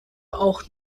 auch